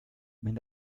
mit